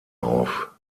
auf